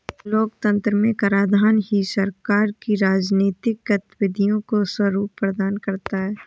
लोकतंत्र में कराधान ही सरकार की राजनीतिक गतिविधियों को स्वरूप प्रदान करता है